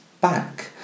back